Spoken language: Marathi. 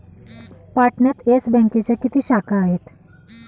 पाटण्यात येस बँकेच्या किती शाखा आहेत?